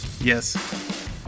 Yes